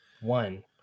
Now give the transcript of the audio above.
one